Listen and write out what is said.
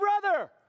brother